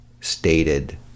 stated